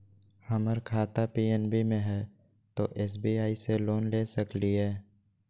हमर खाता पी.एन.बी मे हय, तो एस.बी.आई से लोन ले सकलिए?